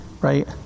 right